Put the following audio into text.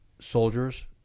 soldiers